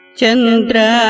Chandra